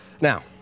Now